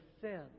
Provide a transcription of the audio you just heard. sin